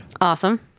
Awesome